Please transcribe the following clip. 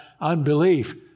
unbelief